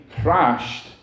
crashed